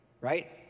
Right